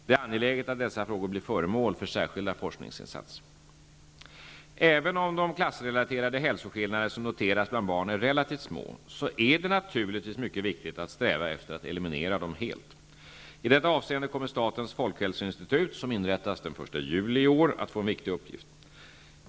Det är angeläget att dessa frågor blir föremål för särskilda forskningsinsatser. Även om de klassrelaterade hälsoskillnader som noterats bland barn är relativt små är det naturligtvis mycket viktigt att sträva efter att eliminera dem helt. I detta avseende kommer statens folkhälsoinstitut, som inrättas den 1 juli i år, att få en viktig uppgift.